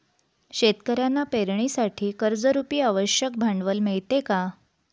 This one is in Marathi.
शेतकऱ्यांना पेरणीसाठी कर्जरुपी आवश्यक भांडवल मिळते का?